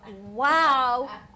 wow